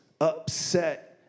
upset